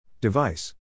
Device